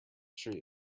street